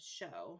show